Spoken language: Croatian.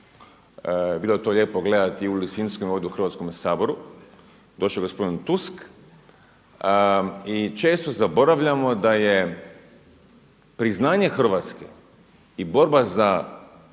bilo je to lijepo gledati u Lisinskom i ovdje u Hrvatskome saboru, došao je gospodin Tusk. I često zaboravljamo da je priznanje Hrvatske i borba za